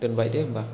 दोनबाय दे होनबा